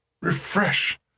Refresh